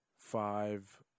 Five